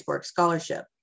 scholarship